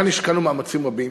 כאן השקענו מאמצים רבים.